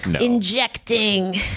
injecting